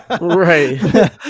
Right